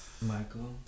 Michael